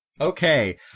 Okay